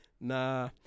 Nah